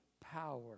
power